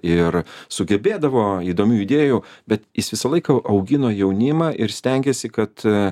ir sugebėdavo įdomių idėjų bet jis visą laiką augino jaunimą ir stengėsi kad